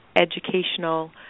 educational